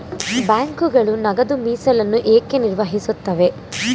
ಬ್ಯಾಂಕುಗಳು ನಗದು ಮೀಸಲನ್ನು ಏಕೆ ನಿರ್ವಹಿಸುತ್ತವೆ?